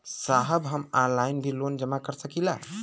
साहब हम ऑनलाइन भी लोन जमा कर सकीला?